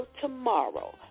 tomorrow